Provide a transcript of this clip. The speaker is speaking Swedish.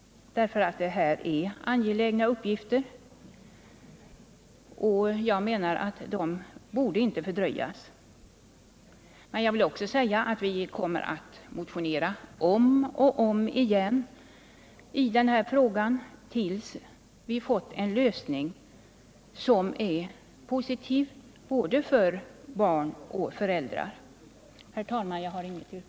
Dessa angelägna uppgifter borde inte fördröjas. Vi kommer emellertid att motionera om och om igen i denna fråga tills vi har fått en lösning som är positiv för både barn och föräldrar. Herr talman! Jag har inget yrkande.